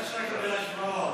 השוואות.